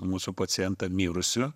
mūsų pacientą mirusiu